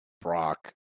Brock